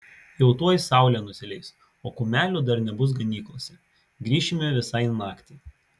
jau tuoj saulė nusileis o kumelių dar nebus ganyklose grįšime visai naktį